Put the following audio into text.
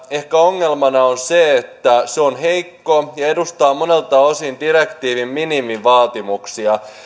ongelmana on ehkä se että se on heikko ja edustaa monilta osin direktiivin minimivaatimuksia